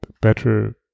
better